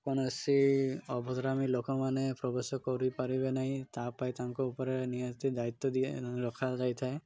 କୌଣସି ଅଭଦ୍ରାମୀ ଲୋକମାନେ ପ୍ରବେଶ କରିପାରିବେ ନାହିଁ ତା' ପାଇଁ ତାଙ୍କ ଉପରେ ନିହାତି ଦାୟିତ୍ୱ ଦିଏ ରଖାଯାଇଥାଏ